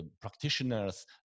practitioners